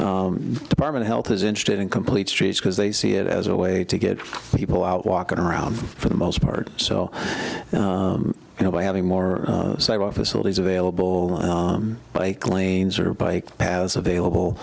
but department health is interested in complete streets because they see it as a way to get people out walking around for the most part so you know by having more office all these available bike lanes or bike has available